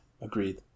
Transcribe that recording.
Agreed